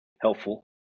helpful